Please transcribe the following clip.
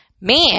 man